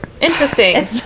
interesting